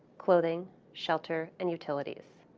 clotheerings shelter and utilities.